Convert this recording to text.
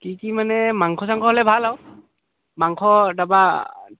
কি কি মানে মাংস চাংস হ'লে ভাল আৰু মাংস তাৰপৰা